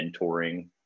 mentoring